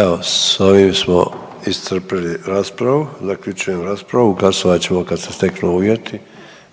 Evo, s ovim smo iscrpili raspravu. Zaključujem raspravu, glasovat ćemo kad se steknu uvjeti.